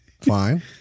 fine